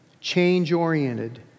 change-oriented